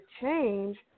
change